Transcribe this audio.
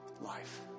life